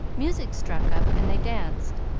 music struck up and they danced,